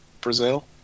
Brazil